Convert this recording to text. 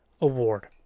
award